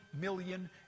million